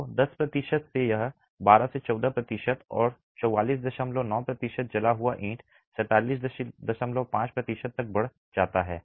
तो 10 प्रतिशत से यह 12 से 14 प्रतिशत और 449 प्रतिशत जला हुआ ईंट 475 प्रतिशत तक बढ़ जाता है